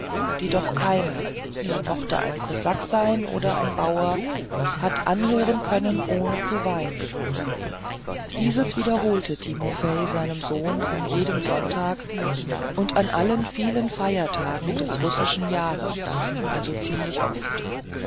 die noch keiner er mochte ein kosak sein oder ein bauer hat anhören können ohne zu weinen dieses wiederholte timofei seinem sohne an jedem sonntag und an allen vielen feiertagen des russischen jahres also ziemlich oft